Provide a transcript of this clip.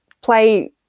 play